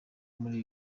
muri